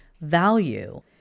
value